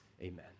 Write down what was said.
Amen